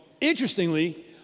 Interestingly